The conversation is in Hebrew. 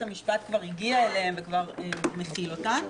המשפט כבר הגיע אליהן וכבר מחיל אותן.